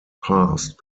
passed